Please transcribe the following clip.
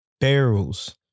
barrels